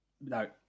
no